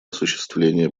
осуществления